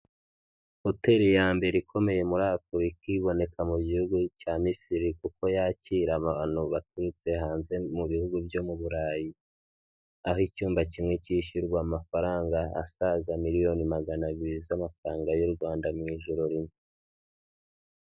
Hoteli ya mbere ikomeye muri Afurika iboneka mu Gihugu cya Misiri kuko yakira abantu baturutse hanze mu Bihugu byo mu Burayi. Aho icyumba kimwe cyishyurwa amafaranga asaga miliyoni magana abiri z'amafaranga y'u Rwanda mu ijoro rimwe.